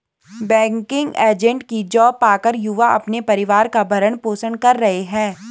banking agent की job पाकर युवा अपने परिवार का भरण पोषण कर रहे है